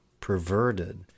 perverted